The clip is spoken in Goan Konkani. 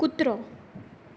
कुत्रो